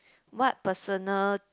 what personal